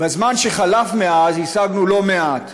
בזמן שחלף מאז השגנו לא מעט: